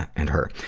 and her.